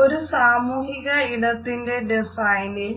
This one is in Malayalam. ഒരു സാമൂഹിക ഇടത്തിന്റെ ഡിസൈനിൽ